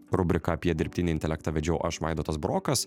rubriką apie dirbtinį intelektą vedžiau aš vaidotas burokas